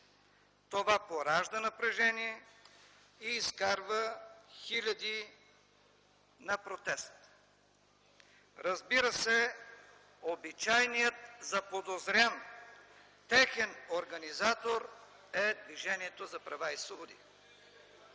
Това поражда напрежение и изкарва хиляди на протест. Разбира се, обичайният заподозрян техен организатор е Движението за права и свободи.